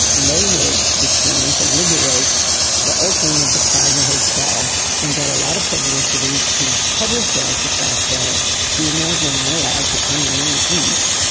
and they were determined to liberate the oak room of the plaza hotel and get a lot of publicity to publicise the fact that females were not allowed to come in and eat.